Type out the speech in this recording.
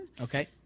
Okay